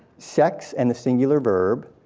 sex and the singular verb.